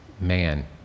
Man